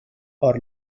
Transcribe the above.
are